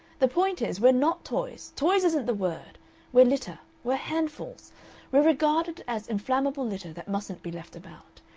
the point is we're not toys, toys isn't the word we're litter. we're handfuls. we're regarded as inflammable litter that mustn't be left about.